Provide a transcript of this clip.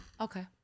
Okay